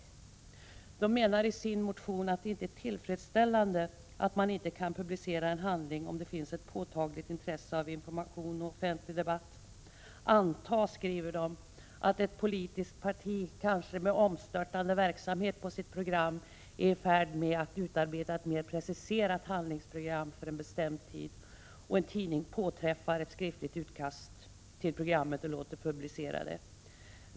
Motionärerna menar i sin motion att det inte är tillfredsställande att man inte kan publicera en handling om det finns ett påtagligt intresse av information och offentlig debatt. Anta, skriver de, att ett politiskt parti, kanske med omstörtande verksamhet på sitt program, är i färd med att utarbeta ett mer preciserat handlingsprogram för en bestämd tid och att en tidning påträffar ett skriftligt utkast till programmet och låter publicera det.